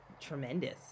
tremendous